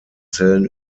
zellen